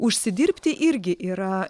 užsidirbti irgi yra